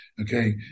okay